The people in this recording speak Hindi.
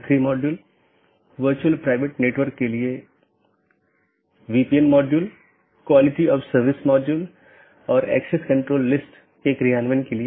तो इसका मतलब है अगर मैं AS1 के नेटवर्क1 से AS6 के नेटवर्क 6 में जाना चाहता हूँ तो मुझे क्या रास्ता अपनाना चाहिए